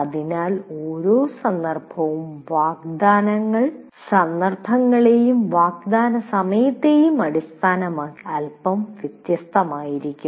അതിനാൽ ഓരോ സന്ദർഭവും വാഗ്ദാനങ്ങൾ സന്ദർഭങ്ങളെയും വാഗ്ദാനസമയത്തെയും അടിസ്ഥാനമാക്കി അല്പം വ്യത്യസ്തമായിരിക്കും